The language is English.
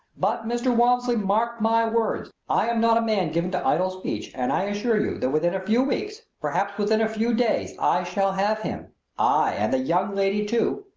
but, mr. walmsley, mark my words! i am not a man given to idle speech and i assure you that within a few weeks perhaps within a few days i shall have him aye, and the young lady, too!